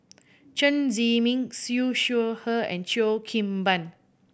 Chen Zhiming Siew Shaw Her and Cheo Kim Ban